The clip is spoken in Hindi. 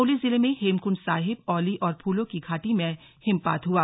चमोली जिले में हेमकंड साहिब औली और फूलों की घाटी में हिमपात हुआ